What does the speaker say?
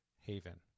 Haven